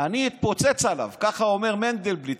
אני אתפוצץ עליו, ככה אומר מנדלבליט.